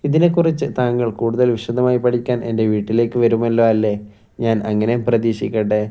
ഇതിനെക്കുറിച്ച് താങ്കൾ കൂടുതൽ വിശദമായി പഠിക്കാൻ എൻ്റെ വീട്ടിലേക്ക് വരുമല്ലോ അല്ലേ ഞാൻ അങ്ങനെ പ്രതീക്ഷിക്കട്ടെ